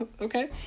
Okay